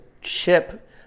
ship